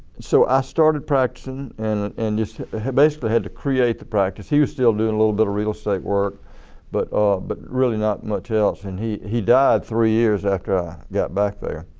so i started practicing and and just basically had to create the practice. he was still doing a little bit of real estate work but ah but really not much. and he he died three years after i got back there